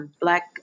Black